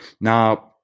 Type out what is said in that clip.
Now